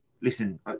listen